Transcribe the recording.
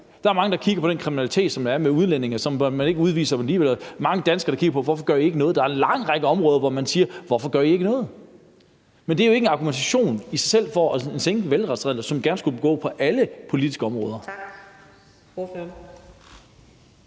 Der er mange danskere, der kigger på den kriminalitet, der er med udlændinge, og hvor man ikke udviser dem alligevel, og spørger: Hvorfor gør I ikke noget? Der er en lang række områder, hvor man siger: Hvorfor gør I ikke noget? Men det er jo ikke en argumentation i sig selv for at sænke valgretsalderen, for den skulle gerne gå på alle politiske områder. Kl.